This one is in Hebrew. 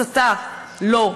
הסתה, לא,